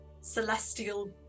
celestial